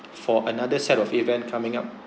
for another set of event coming up